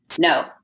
No